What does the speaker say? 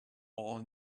all